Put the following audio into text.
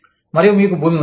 మరియు మీకు భూమి ఉన్నది